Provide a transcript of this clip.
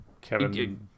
Kevin